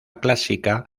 clásica